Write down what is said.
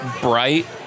bright